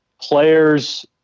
players